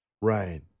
Right